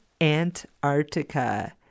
Antarctica